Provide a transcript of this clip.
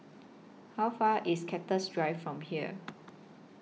How Far IS Cactus Drive from here